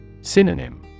Synonym